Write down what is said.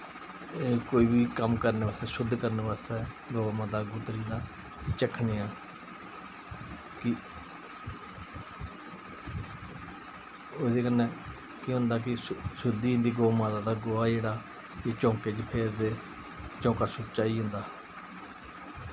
कोई बी करने बास्तै शुद्ध करने बास्तै गौ माता दा गूत्तर जेह्ड़ा चक्खने आं कि ओह्दे कन्नै केह् होंदा कि शुद्धी होई जंदी गौ माता दा गोहा जेह्ड़ा चौकें च फेरदे चौंका सुच्चा होई जंदा